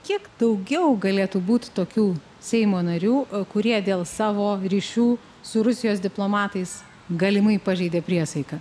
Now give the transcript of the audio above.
kiek daugiau galėtų būt tokių seimo narių kurie dėl savo ryšių su rusijos diplomatais galimai pažeidė priesaiką